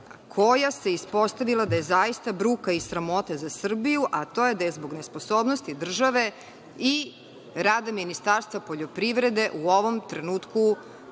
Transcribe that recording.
koja se ispostavila da je zaista bruka i sramota za Srbiju, a to je da je zbog nesposobnosti države i rada Ministarstva poljoprivrede u ovom trenutku